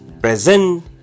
present